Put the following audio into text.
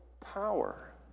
power